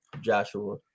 joshua